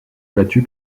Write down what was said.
battu